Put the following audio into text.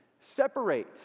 Separate